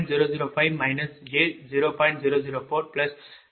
0030